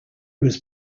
was